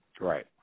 Right